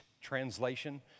translation